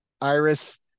Iris